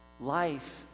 Life